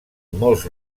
molts